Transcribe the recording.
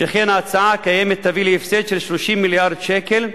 שכן ההצעה הקיימת תביא להפסד של 30 מיליארד שקל.